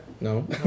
No